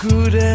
Good